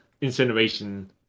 incineration